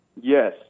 yes